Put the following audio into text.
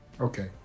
okay